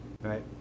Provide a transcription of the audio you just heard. Right